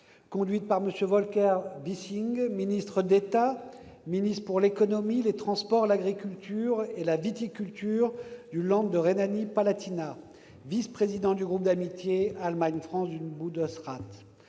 conduite par M. Volker Wissing, ministre d'État, ministre pour l'économie, les transports, l'agriculture et la viticulture du Land de Rhénanie-Palatinat, vice-président du groupe d'amitié Allemagne-France du Bundesrat.